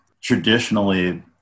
traditionally